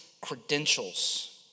credentials